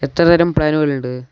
എത്രതരം പ്ലാനുകൾ ഉണ്ട്